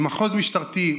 במחוז משטרתי,